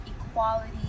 equality